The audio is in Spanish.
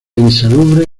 insalubre